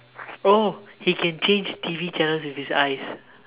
oh he can change T_V channels with his eyes